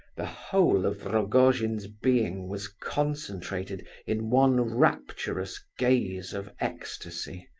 the whole of rogojin's being was concentrated in one rapturous gaze of ecstasy.